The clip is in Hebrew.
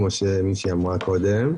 כמו שמישהי אמרה קודם.